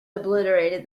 obliterated